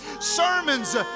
sermons